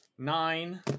Nine